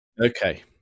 Okay